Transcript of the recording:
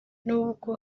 n’ubwo